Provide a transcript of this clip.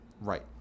right